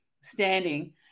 standing